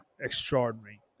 extraordinary